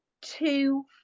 two